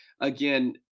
Again